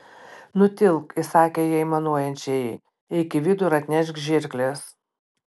nutilk įsakė ji aimanuojančiai ajai eik į vidų ir atnešk žirkles